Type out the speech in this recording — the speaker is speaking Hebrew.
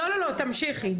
לא, תמשיכי.